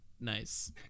Nice